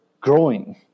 growing